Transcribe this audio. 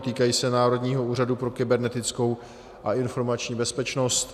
Týkají se Národního úřadu pro kybernetickou a informační bezpečnost.